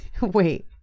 Wait